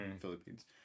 Philippines